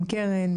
עם קרן,